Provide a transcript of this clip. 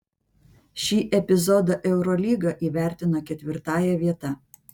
šį epizodą eurolyga įvertino ketvirtąja vieta